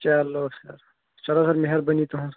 چلو سر چلو سر مہربٲنی تُہٕنٛز